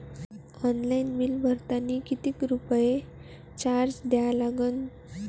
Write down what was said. Online bill भरतानी कितीक रुपये चार्ज द्या लागन?